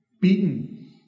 beaten